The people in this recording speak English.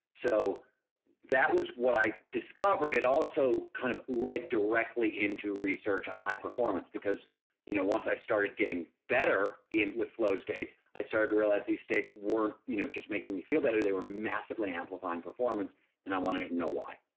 so that was what i discovered, it also kind of led directly into research on high performance, because you know once i started getting better with flow state, i started realizing states weren't you know just making me feel better, were massive amplifying performance and i wanted to know why.